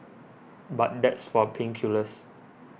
but that's for pain killers